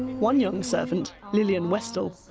one young servant, lillian westall,